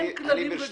אין כללים רגולטורים.